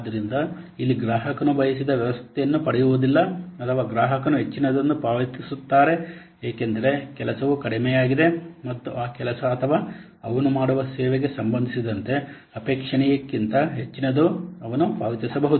ಆದ್ದರಿಂದ ಇಲ್ಲಿ ಗ್ರಾಹಕನು ಬಯಸಿದ ವ್ಯವಸ್ಥೆಯನ್ನು ಪಡೆಯುವುದಿಲ್ಲ ಅಥವಾ ಗ್ರಾಹಕನು ಹೆಚ್ಚಿನದನ್ನು ಪಾವತಿಸುತ್ತಾರೆ ಏಕೆಂದರೆ ಕೆಲಸವು ಕಡಿಮೆಯಾಗಿದೆ ಮತ್ತು ಆ ಕೆಲಸ ಅಥವಾ ಅವನು ಮಾಡುವ ಸೇವೆಗೆ ಸಂಬಂಧಿಸಿದಂತೆ ಅಪೇಕ್ಷಣೀಯಕ್ಕಿಂತ ಹೆಚ್ಚಿನದನ್ನು ಅವನು ಪಾವತಿಸಬಹುದು